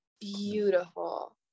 beautiful